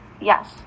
yes